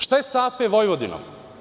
Šta je sa AP Vojvodinom?